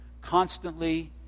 constantly